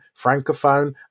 Francophone